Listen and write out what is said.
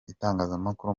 itangazamakuru